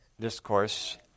Discourse